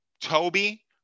Toby